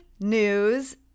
news